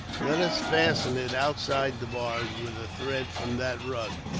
let us fasten it outside the bars, with a thread from that rug.